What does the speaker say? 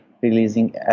releasing